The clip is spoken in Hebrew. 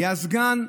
נהיה סגן.